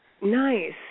Nice